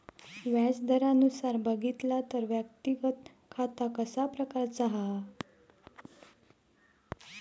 व्याज दरानुसार बघितला तर व्यक्तिगत खाता कशा प्रकारचा हा?